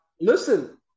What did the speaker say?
listen